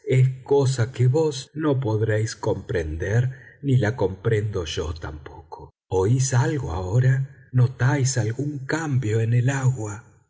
cosa que vos no podréis comprender ni la comprendo yo tampoco oís algo ahora notáis algún cambio en el agua